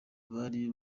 bari